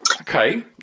Okay